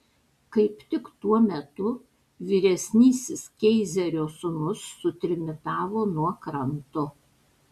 kaip tik tuo metu vyresnysis keizerio sūnus sutrimitavo nuo kranto